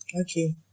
okay